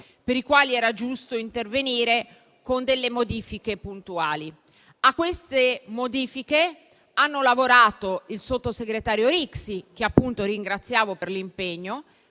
per i quali era giusto intervenire con delle modifiche puntuali. A quelle modifiche hanno lavorato il sottosegretario Rixi, che appunto ringraziamo per l'impegno,